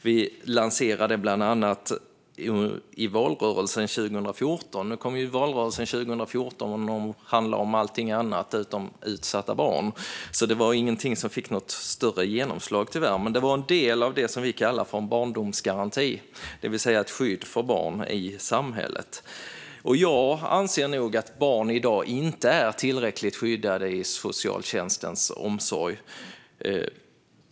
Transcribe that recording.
Vi lanserade det bland annat i valrörelsen 2014. Nu kom ju valrörelsen 2014 att handla om allting annat än utsatta barn, så detta fick tyvärr inte något större genomslag. Men det var en del av det som vi kallar för en barndomsgaranti, det vill säga ett skydd för barn i samhället. Jag anser nog att barn i dag inte är tillräckligt skyddade i socialtjänstens omsorg.